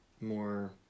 more